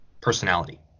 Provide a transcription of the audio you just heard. personality